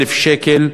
שקל,